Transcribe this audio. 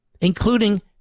including